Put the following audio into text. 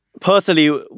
personally